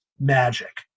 magic